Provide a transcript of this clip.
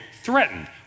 threatened